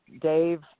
Dave